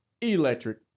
Electric